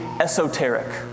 esoteric